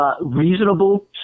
reasonable